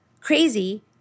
crazy